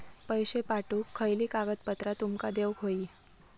पैशे पाठवुक खयली कागदपत्रा तुमका देऊक व्हयी?